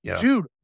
dude